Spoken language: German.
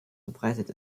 verbreitet